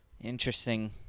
Interesting